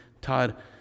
Todd